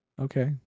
Okay